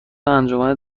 انجمن